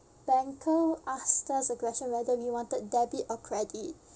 banker asked us a question whether we wanted debit or credit